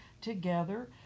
together